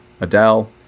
Adele